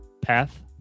path